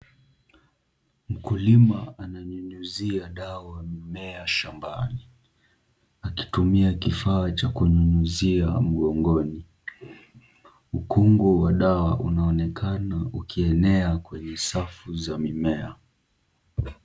Mkulima ananyunyuzia dawa mimea shambani akitumia kifaa cha kunyunyuzia mgongoni, ukungu wa dawa unaonekana ukienea kwenye safu za mimea.